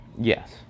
Yes